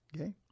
okay